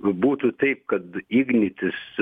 būtų taip kad ignitis